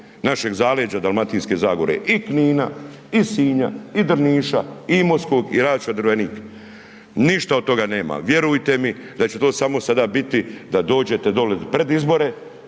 našeg zaleđa dalmatinske zagore i Knina i Sinja i Drniša i Imotskog i …/Govornik se ne razumije/…Drvenik, ništa od toga nema, vjerujte mi da će to samo sada biti da dođete doli pred izbore